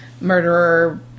murderer